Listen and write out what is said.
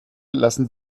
lassen